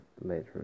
later